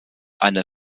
eine